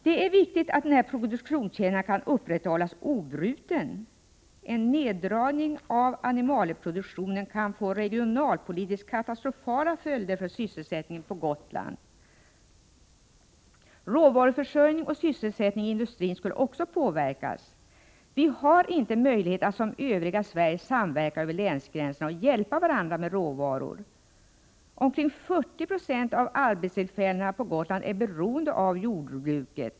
Det är viktigt att den här produktionskedjan kan upprätthållas obruten. En neddragning av animalieproduktionen kan få regionalpolitiskt katastrofala följder för sysselsättningen i jordbruket på Gotland. Råvaruförsörjningen och sysselsättningen i industrin skulle också påverkas. Vi har inte möjlighet att göra som man gör i övriga Sverige, där man samverkar över länsgränserna och hjälper varandra med råvaror. Omkring 40 96 av arbetstillfällena på Gotland är beroende av jordbruket.